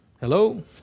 Hello